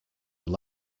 were